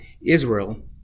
Israel